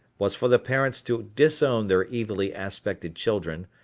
was for the parents to disown their evilly aspected children,